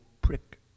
prick